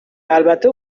البته